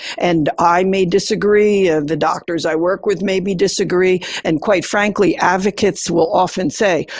and i may disagree, the doctors i work with maybe disagree. and quite frankly, advocates will often say,